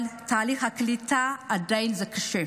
אבל תהליך הקליטה עדיין קשה.